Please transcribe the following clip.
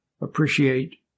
appreciate